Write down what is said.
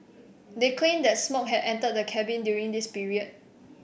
they claimed that smoke had entered the cabin during this period